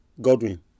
Godwin